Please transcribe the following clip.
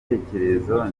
ibitekerezo